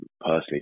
personally